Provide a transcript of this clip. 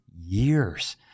years